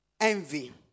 Envy